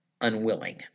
unwilling